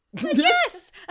Yes